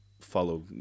follow